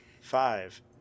Five